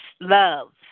love